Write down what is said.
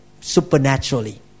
Supernaturally